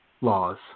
laws